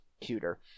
cuter